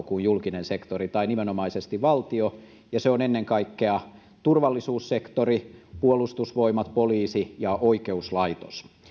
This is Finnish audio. kuin julkinen sektori tai nimenomaisesti valtio ja se on ennen kaikkea turvallisuussektori puolustusvoimat poliisi ja oikeuslaitos